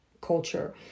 culture